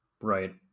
right